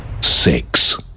Six